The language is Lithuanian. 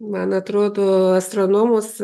man atrodo astronomus